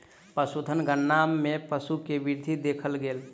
पशुधन गणना मे पशु के वृद्धि देखल गेल